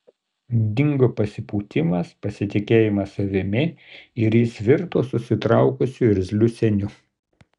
dingo pasipūtimas pasitikėjimas savimi ir jis virto susitraukusiu irzliu seniu